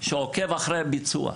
שעוקב אחר הביצוע.